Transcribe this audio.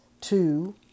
two